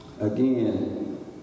again